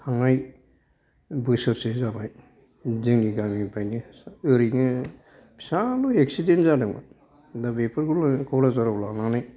थांनाय बोसोरसे जाबाय जोंनि गामिनिफ्रायनो ओरैनो फिसाल' एक्सिडेन्ट जादोंमोन दा बेफोरखौनो क'क्राझारआव लांनानै